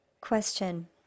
Question